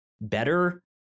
better